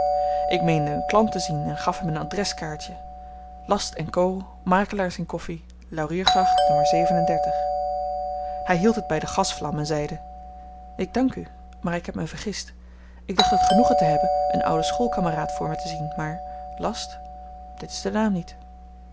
ik meende een klant te zien en gaf hem een adreskaartje last co makelaars in koffi lauriergracht n hy hield het by de gasvlam en zeide ik dank u maar ik heb me vergist ik dacht het genoegen te hebben een ouden schoolkameraad voor me te zien maar last dit is de naam niet